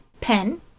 pen